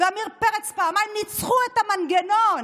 ועמיר פרץ פעמיים ניצחו את המנגנון,